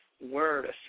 word